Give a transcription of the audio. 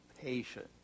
patient